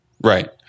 right